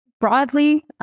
broadly